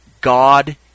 God